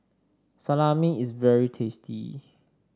salami is very tasty